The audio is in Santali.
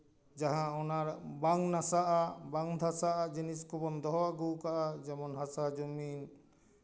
ᱡᱟᱦᱟᱸ ᱚᱱᱟ ᱵᱟᱝ ᱱᱟᱥᱟᱜᱼᱟ ᱵᱟᱝ ᱫᱷᱟᱥᱟᱜᱼᱟ ᱡᱤᱱᱤᱥ ᱠᱚᱵᱚᱱ ᱫᱚᱦᱚ ᱟᱹᱜᱩ ᱠᱟᱜᱼᱟ ᱦᱟᱥᱟ ᱡᱩᱢᱤ